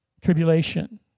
tribulation